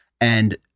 And-